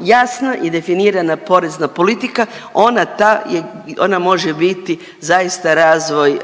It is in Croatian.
jasna i definirana porezna politika ona ta je ona može biti zaista razvoj